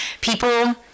people